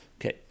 Okay